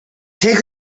take